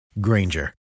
Granger